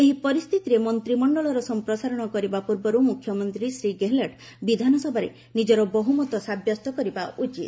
ଏହି ପରିସ୍ଥିତିରେ ମନ୍ତିମଣ୍ଡଳର ସଂପ୍ରସାରଣ କରିବା ପୂର୍ବରୁ ମୁଖ୍ୟମନ୍ତ୍ରୀ ଶ୍ରୀ ଗେହଲଟ ବିଧାନସଭାରେ ନିଜର ବହୁମତ ସାବ୍ୟସ୍ତ କରିବା ଉଚିତ